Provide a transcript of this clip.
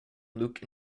luke